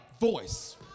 voice